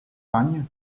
fagnes